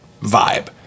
vibe